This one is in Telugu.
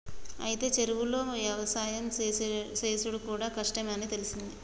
అయితే చెరువులో యవసాయం సేసుడు కూడా కష్టమే అని తెలిసింది